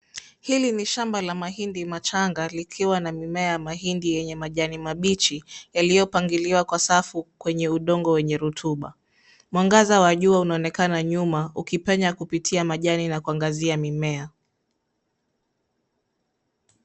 Hili ni shamba la mahindi machanga likiwa na mimea ya mahindi yenye majani mabichi yaliyopangiliwa kwa safu kwenye udongo wenye rutuba. Mwangaza wa jua unaonekana nyuma, ukipenya kupitia majani na kuangazia mimea.